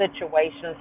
situations